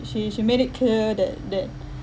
she she made it clear that that